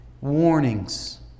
warnings